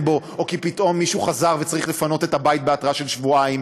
או כי פתאום מישהו חזר וצריך לפנות את הבית בהתראה של שבועיים,